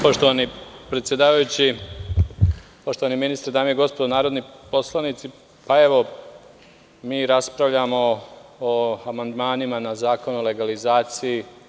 Poštovani predsedavajući, poštovani ministre, dame i gospodo narodni poslanici, raspravljamo o amandmanima na zakon o legalizaciji.